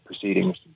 proceedings